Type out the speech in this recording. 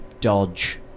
dodge